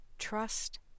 trust